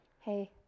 Hey